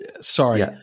sorry